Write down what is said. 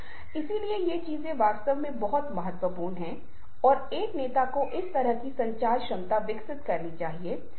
और उस समय विशेष इशारा या इस मामले में एक विशेष प्रतीक एक विशेष रूप से लिखित प्रतीक हालांकि यह कुछ तरीकों से अपने मूल अर्थ से जुड़ा हुआ है आप पाते हैं कि लापता है लिंक गायब है